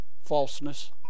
Falseness